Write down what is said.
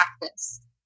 practice